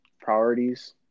priorities